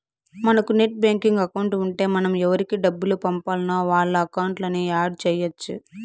మనకు net banking account ఉంటే మనం ఎవురికి డబ్బులు పంపాల్నో వాళ్ళ అకౌంట్లని యాడ్ చెయ్యచ్చు